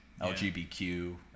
LGBTQ